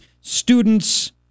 students